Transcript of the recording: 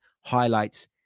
highlights